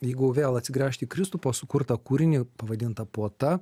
jeigu vėl atsigręžt į kristupo sukurtą kūrinį pavadintą puota